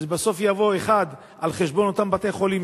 שזה בסוף יבוא על חשבון אותם בתי-חולים